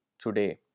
today